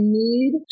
need